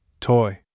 Toy